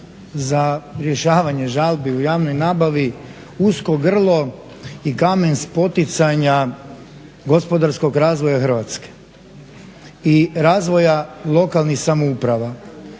za rješavanje žalbi u javnoj nabavi usko grlo i kamen spoticanja gospodarskog razvoja Hrvatske i razvoja lokalnih samouprava.